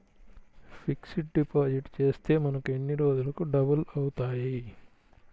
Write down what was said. Fixed deposit చేస్తే మనకు ఎన్ని రోజులకు డబల్ అవుతాయి?